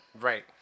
right